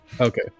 Okay